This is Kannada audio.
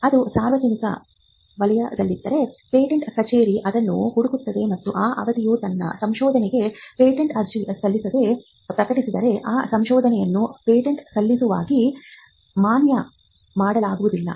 ಅದು ಸಾರ್ವಜನಿಕ ವಲಯದಲ್ಲಿದ್ದರೆ ಪೇಟೆಂಟ್ ಕಚೇರಿ ಅದನ್ನು ಹುಡುಕುತ್ತದೆ ಮತ್ತು ಆ ವ್ಯಕ್ತಿಯು ತನ್ನ ಸಂಶೋಧನೆಗೆ ಪೇಟೆಂಟ್ ಅರ್ಜಿ ಸಲ್ಲಿಸದೆ ಪ್ರಕಟಿಸಿದ್ದರೆ ಆ ಸಂಶೋಧನೆಯನ್ನು ಪೇಟೆಂಟ್ ಸಲುವಾಗಿ ಮಾನ್ಯ ಮಾಡಲಾಗುವುದಿಲ್ಲ